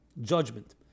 judgment